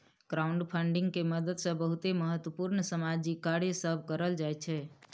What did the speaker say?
crowdfunding के मदद से बहुते महत्वपूर्ण सामाजिक कार्य सब करल जाइ छइ